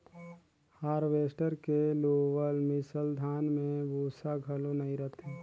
harvester के लुअल मिसल धान में भूसा घलो नई रहें